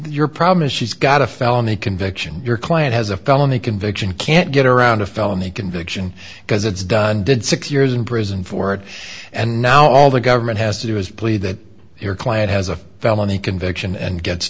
your problem is she's got a felony conviction your client has a felony conviction can't get around a felony conviction because it's done did six years in prison for it and now all the government has to do is plead that your client has a felony conviction and gets